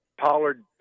Pollard –